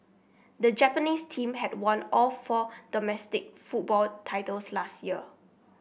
the Japanese team had won all four domestic football titles last year